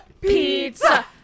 Pizza